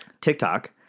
TikTok